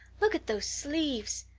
look at those sleeves!